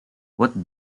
what